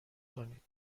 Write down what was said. کنید